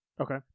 Okay